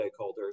stakeholders